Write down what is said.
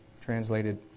translated